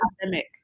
pandemic